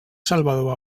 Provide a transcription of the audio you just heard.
salvador